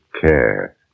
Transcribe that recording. care